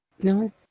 no